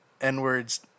N-words